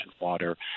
water